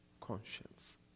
conscience